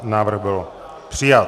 Návrh byl přijat.